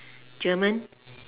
German